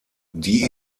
die